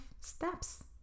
steps